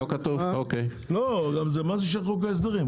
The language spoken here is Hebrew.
למה בחוק ההסדרים?